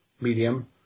medium